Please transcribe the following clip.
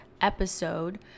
episode